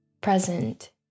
present